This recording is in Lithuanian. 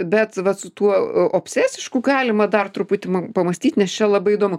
bet vat su tuo obsesišku galima dar truputį pamąstyt nes čia labai įdomu